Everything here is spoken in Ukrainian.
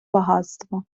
багатства